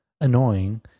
annoying